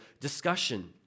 discussion